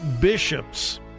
bishops